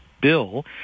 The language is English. bill